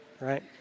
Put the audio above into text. right